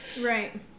Right